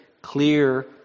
clear